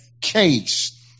case